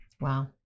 Wow